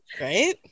Right